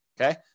Okay